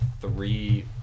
three